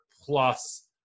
plus